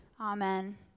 Amen